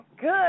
good